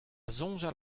soñjal